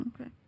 Okay